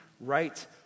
right